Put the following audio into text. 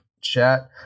chat